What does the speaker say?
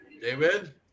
David